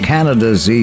Canada's